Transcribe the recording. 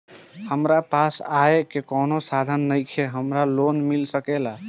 हमरा पास आय के कवनो साधन नईखे हमरा लोन मिल सकेला?